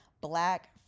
Black